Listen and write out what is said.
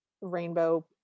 rainbow